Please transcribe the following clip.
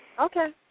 Okay